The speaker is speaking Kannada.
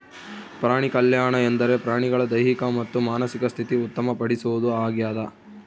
ಪ್ರಾಣಿಕಲ್ಯಾಣ ಎಂದರೆ ಪ್ರಾಣಿಗಳ ದೈಹಿಕ ಮತ್ತು ಮಾನಸಿಕ ಸ್ಥಿತಿ ಉತ್ತಮ ಪಡಿಸೋದು ಆಗ್ಯದ